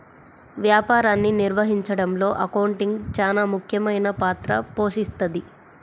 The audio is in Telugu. వ్యాపారాన్ని నిర్వహించడంలో అకౌంటింగ్ చానా ముఖ్యమైన పాత్ర పోషిస్తది